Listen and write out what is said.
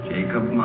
Jacob